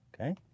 Okay